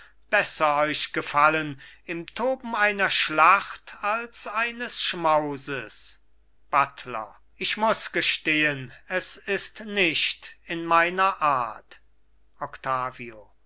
besser euch gefallen im toben einer schlacht als eines schmauses buttler ich muß gestehen es ist nicht in meiner art octavio